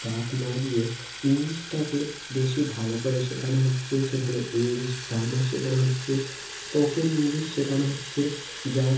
চাপ না দিয়ে ইংলিশটাকে বেশি ভালো করে শেখানো হচ্ছে সেখানে ইংলিশ গ্রামার শেখানো হচ্ছে স্পোকেন ইংলিশ শেখানো হচ্ছে যার